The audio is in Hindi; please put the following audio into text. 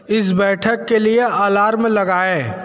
इस बैठक के लिए अलार्म लगाएँ